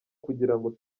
kugirango